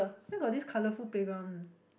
where got this colorful playground